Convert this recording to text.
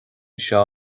seo